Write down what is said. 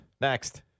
Next